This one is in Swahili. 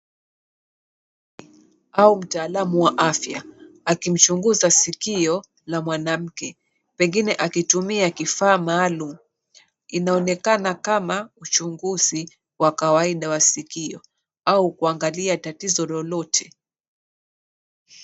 Au mtaalamu wa afya. Akimchunguza sikio la mwanamke, pengine akitumia kifaa maalum. Inaonekana kama uchunguzi wa kawaida wa sikio au kuangalia tatizo lolote.